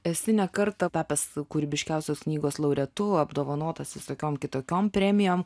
esi ne kartą tapęs kūrybiškiausios knygos laureatu apdovanotas visokiom kitokiom premijom